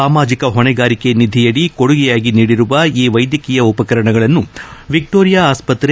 ಸಾಮಾಜಕ ಹೊಣೆಗಾರಿಕೆ ನಿಧಿಯಡಿ ಕೊಡುಗೆಯಾಗಿ ನೀಡಿರುವ ಈ ವೈದ್ಯಕೀಯ ಉಪಕರಣಗಳನ್ನು ಎಕ್ಕೋರಿಯಾ ಆಸ್ಪತ್ರೆ